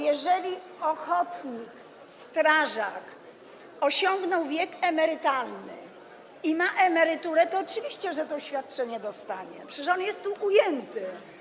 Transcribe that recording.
Jeżeli ochotnik, strażak osiągnął wiek emerytalny i ma emeryturę, to oczywiście, że to świadczenie dostanie, przecież on jest tu ujęty.